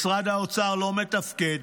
משרד האוצר לא מתפקד,